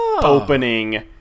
opening